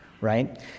Right